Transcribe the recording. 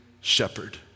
shepherd